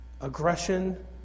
aggression